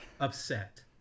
upset